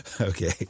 Okay